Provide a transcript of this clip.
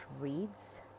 reads